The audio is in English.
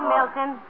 Milton